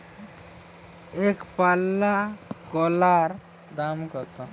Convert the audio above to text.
একপাল্লা করলার দাম কত?